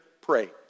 Pray